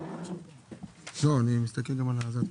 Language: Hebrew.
הצבעה אושר.